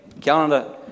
Canada